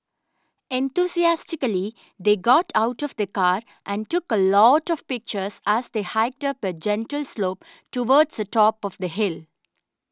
enthusiastically they got out of the car and took a lot of pictures as they hiked up a gentle slope towards the top of the hill